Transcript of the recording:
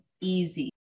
easy